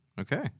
Okay